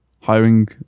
hiring